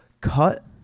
cut